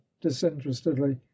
disinterestedly